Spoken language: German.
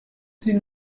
sie